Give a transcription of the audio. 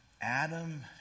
Adam